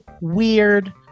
weird